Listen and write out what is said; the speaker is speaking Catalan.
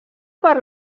per